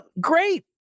great